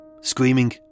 screaming